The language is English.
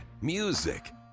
music